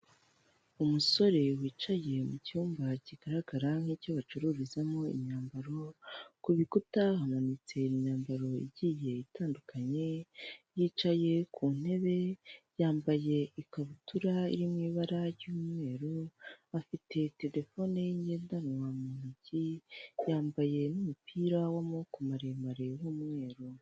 Umusore wicaye mu cyumba kigaragara nk'icyo bacururizamo imyambaro ku bikuta hamanitse imyambaro igiye itandukanye yicaye ku ntebe yambaye ikabutura iri m'ibara ry'umweru afite telefone ye ngendanwa mu ntoki yambaye n'umupira w'amaboko maremare y'umweru.